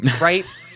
right